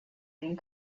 den